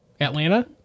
Atlanta